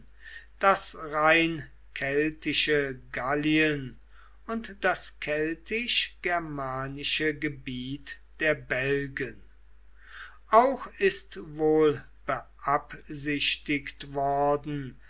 das rein keltische gallien und das keltisch germanische gebiet der bellten auch ist wohl beabsichtigt worden